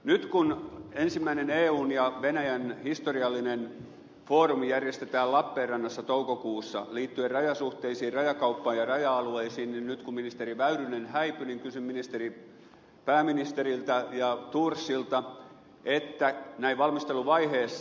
nyt kun ensimmäinen eun ja venäjän historiallinen foorumi järjestetään lappeenrannassa toukokuussa liittyen rajasuhteisiin rajakauppaan ja raja alueisiin niin kun ministeri väyrynen häipyi kysyn pääministeriltä ja ministeri thorsilta näin valmisteluvaiheessa